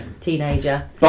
teenager